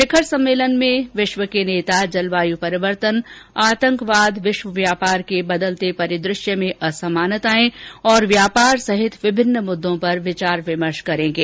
शिखर सम्मेलन में विश्व के नेता जलवायु परिवर्तन आतंकवाद विश्व व्यापार के बदलते परिदु श्य में असमानताएं और व्यापार सहित विभिन्न मुद्दों पर विचार विमर्श करेंगे